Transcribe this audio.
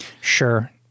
Sure